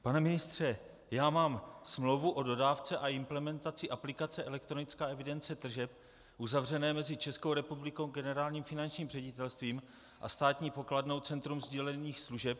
Pane ministře, já mám smlouvu o dodávce a implementaci aplikace elektronická evidence tržeb uzavřenou mezi Českou republikou, Generálním finančním ředitelstvím a Státní pokladnou Centrem sdílených služeb.